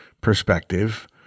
perspective